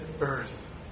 earth